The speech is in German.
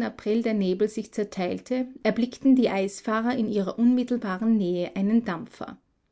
april der nebel sich zerteilte erblickten die eisfahrer in ihrer unmittelbaren nähe einen dampfer